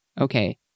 Okay